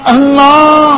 Allah